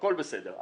הכול בסדר.